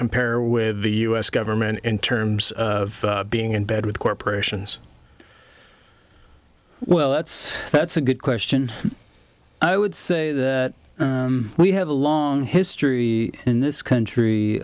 compare with the u s government in terms of being in bed with corporations well that's that's a good question i would say that we have a long history in this country